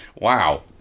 Wow